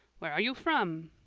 where are you from?